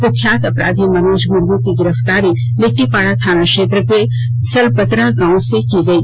क्ख्यात अपराधी मनोज मुर्मू की गिरफ्तारी लिट्टीपाड़ा थाना क्षेत्र को सलपतरा गांव से की गयी